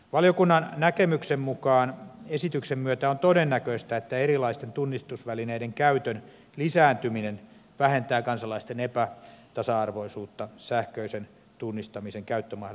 valiokunnan näkemyksen mukaan esityksen myötä on todennäköistä että erilaisten tunnistusvälineiden käytön lisääntyminen vähentää kansalaisten epätasa arvoisuutta sähköisen tunnistamisen käyttömahdollisuuksien osalta